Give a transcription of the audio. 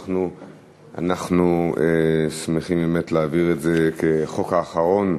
אנחנו שמחים להעביר את זה כחוק האחרון,